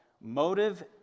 Motive